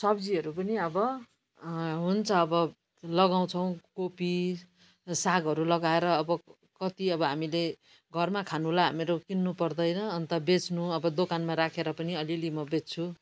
सब्जीहरू पनि अब हुन्छ अब लगाउँछौँ कोपी सागहरू लगाएर अब कति अब हामीले घरमा खानुलाई हामीरू किन्नु पर्दैन अन्त बेच्नु अब कोदानमा राखेर पनि अलिलि म बेच्छु